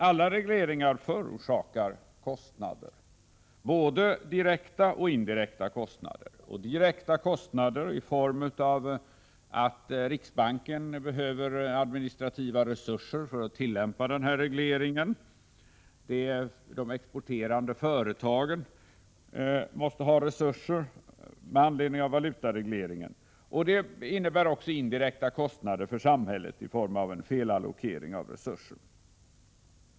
Alla regleringar förorsakar kostnader, både direkta och indirekta. Det är direkta kostnader i form av att riksbanken behöver administrativa resurser för att tillämpa denna reglering. De exporterande företagen måste också ha resurser med anledning av valutaregleringen. Det innebär också indirekta kostnader för samhället i form av en felallokering av resurser.